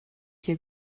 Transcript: hier